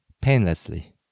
painlessly